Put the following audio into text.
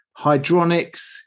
hydronics